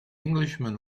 englishman